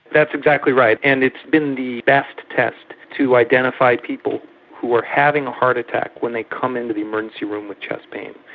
that's exactly right, and it has been the best test to identify people who are having a heart attack when they come into the emergency room with chest pain.